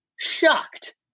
shocked